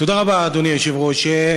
תודה רבה, אדוני היושב-ראש.